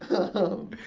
o